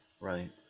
right